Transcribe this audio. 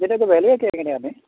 ഇതിന്റെയൊക്കെ വില ഒക്കെ എങ്ങനെയാണ്